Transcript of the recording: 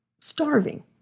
starving